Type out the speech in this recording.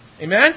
Amen